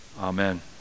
Amen